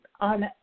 on